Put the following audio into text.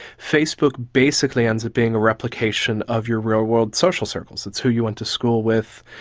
facebook basically ends up being a replication of your real-world social circles, it's who you went to school with,